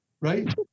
right